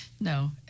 No